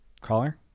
Caller